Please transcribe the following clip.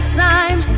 time